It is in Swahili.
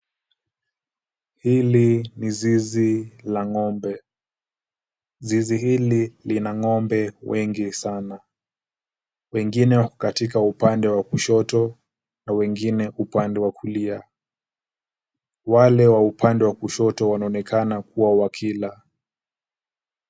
Hili ni zizi la ng'ombe. Zizi hili lina ng'ombe wengi sana. Wengine wako katika upande wa kushoto na wengine upande wa kulia. Wale wa upande wa kushoto wanaonekana kuwa wakila.